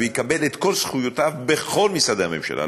יקבל את כל זכויותיו בכל משרדי הממשלה,